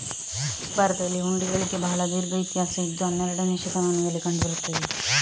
ಭಾರತದಲ್ಲಿ ಹುಂಡಿಗಳಿಗೆ ಬಹಳ ದೀರ್ಘ ಇತಿಹಾಸ ಇದ್ದು ಹನ್ನೆರಡನೇ ಶತಮಾನದಲ್ಲಿ ಕಂಡು ಬರುತ್ತದೆ